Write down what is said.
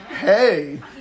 Hey